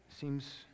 Seems